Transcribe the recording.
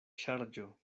ŝarĝo